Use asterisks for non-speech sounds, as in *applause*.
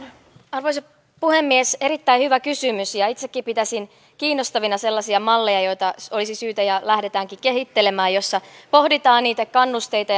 arvoisa puhemies erittäin hyvä kysymys itsekin pitäisin kiinnostavina sellaisia malleja joita olisi syytä kehitellä ja lähdetäänkin kehittelemään joissa pohditaan niitä kannusteita *unintelligible*